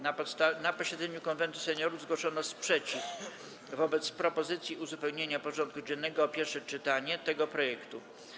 Na posiedzeniu Konwentu Seniorów zgłoszono sprzeciw wobec propozycji uzupełnienia porządku dziennego o pierwsze czytanie tego projektu.